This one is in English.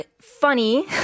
funny